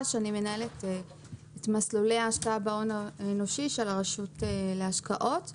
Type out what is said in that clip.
מנהלת את מסלולי ההשקעה בהון האנושי של הרשות להשקעות.